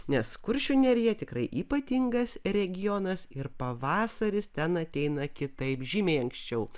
nes kuršių nerija tikrai ypatingas regionas ir pavasaris ten ateina kitaip žymiai anksčiau